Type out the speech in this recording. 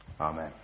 Amen